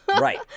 right